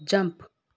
jump